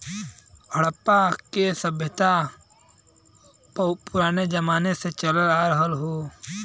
हड़प्पा के जमाने से खेती होत हौ